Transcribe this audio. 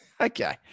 Okay